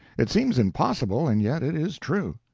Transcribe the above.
it seems impossible, and yet it is true.